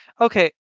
Okay